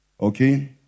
Okay